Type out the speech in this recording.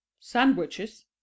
sandwiches